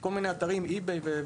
בכל מיני אתרים כמו איביי.